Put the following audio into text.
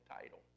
title